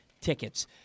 tickets